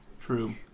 True